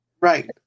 right